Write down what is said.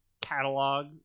catalog